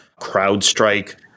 CrowdStrike